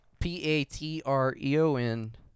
P-A-T-R-E-O-N